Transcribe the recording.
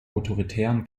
autoritären